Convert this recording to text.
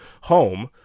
home